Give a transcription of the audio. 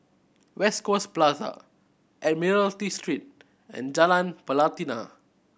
West Coast Plaza Admiralty Street and Jalan Pelatina